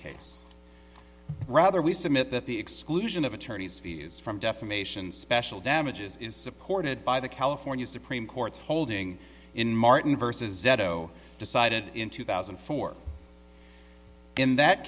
case rather we submit that the exclusion of attorney's fees from defamation special damages is supported by the california supreme court's holding in martin vs zendo decided in two thousand and four in that